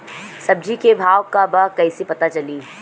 सब्जी के भाव का बा कैसे पता चली?